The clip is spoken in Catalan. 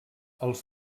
els